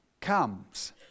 comes